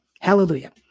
Hallelujah